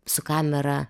su kamera